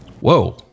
Whoa